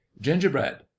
Gingerbread